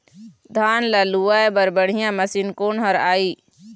धान ला लुआय बर बढ़िया मशीन कोन हर आइ?